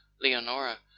Leonora